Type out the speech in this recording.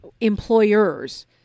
employers